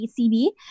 ACB